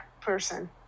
person